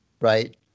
right